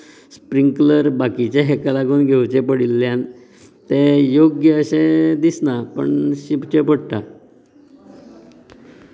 sprinkler बाकीचे हेका लागून घेवचे पडिल्ल्यान ते योग्य अशें दिसना पूण शिंपचे पडटा